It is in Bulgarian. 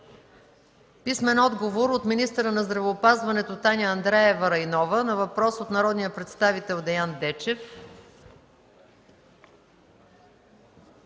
Златева; - министъра на здравеопазването Таня Андреева Райнова на въпрос от народния представител Деян Дечев;